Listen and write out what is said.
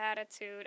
attitude